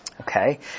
Okay